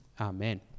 Amen